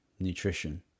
nutrition